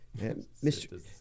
Mr